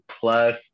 Plus